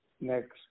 next